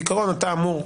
בעקרון, אתה אמור,